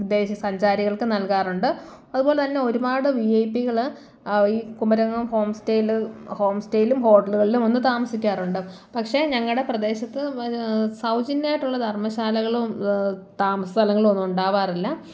വിദേശ സഞ്ചാരികൾക്ക് നൽകാറുണ്ട് അതുപോലെ തന്നെ ഒരുപാട് വി ഐ പികൾ ഈ കുമരകം ഹോം സ്റ്റേയിൽ ഹോം സ്റ്റേയിലും ഹോട്ടലുകളിലും വന്ന് താമസിക്കാറുണ്ട് പക്ഷേ ഞങ്ങളുടെ പ്രദേശത്ത് സൗജന്യമായിട്ടുള്ള ധർമ്മശാലകളും താമസസ്ഥലങ്ങളും ഒന്നും ഉണ്ടാവാറില്ല